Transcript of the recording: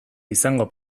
izango